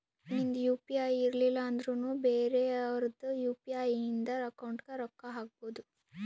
ನಿಂದ್ U P I ಇರ್ಲಿಲ್ಲ ಅಂದುರ್ನು ಬೇರೆ ಅವ್ರದ್ ಯು.ಪಿ.ಐ ಇಂದ ಅಕೌಂಟ್ಗ್ ರೊಕ್ಕಾ ಹಾಕ್ಬೋದು